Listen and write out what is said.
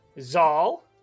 Zal